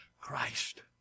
Christ